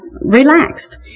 Relaxed